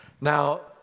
Now